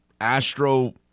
Astro